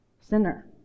sinner